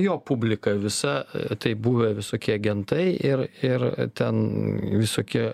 jo publika visa taip buvę visokie agentai ir ir ten visokie